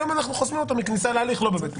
היום אנחנו חוסמים אותו מכניסה להליך לא בבית משפט.